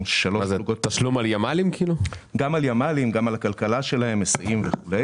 גם על ימ"לים, גם על הכלכלה שלהם, היסעים וכו'.